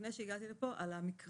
לפני שהגעתי לפה, עברתי על המקרים